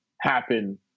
Happen